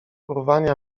urwania